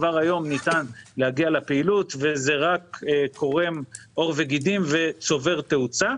כבר היום ניתן להגיע לפעילות וזה רק קורם עור וגידים וצובר תאוצה.